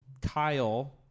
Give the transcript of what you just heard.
Kyle